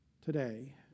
today